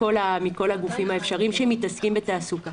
מכל הגופים האפשריים שמתעסקים בתעסוקה.